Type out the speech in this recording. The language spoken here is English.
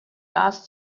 asked